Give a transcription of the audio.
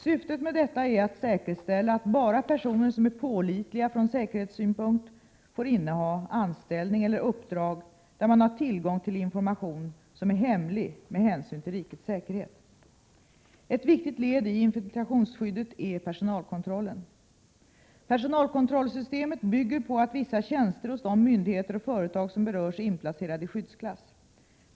Syftet med detta är att säkerställa att bara personer som är pålitliga från säkerhetssynpunkt får inneha anställning eller uppdrag där man har tillgång till information som är hemlig med hänsyn till rikets säkerhet. Ett viktigt led i infiltrationsskyddet är personalkontrollen. Personalkontrollsystemet bygger på att vissa tjänster hos de myndigheter och företag som berörs är inplacerade i skyddsklass.